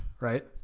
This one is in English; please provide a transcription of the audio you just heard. right